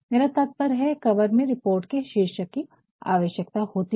मेरा तात्पर्य है कि कवर में रिपोर्ट के शीर्षक की आवश्यकता होती है